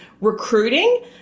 recruiting